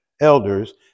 elders